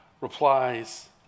replies